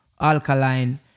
Alkaline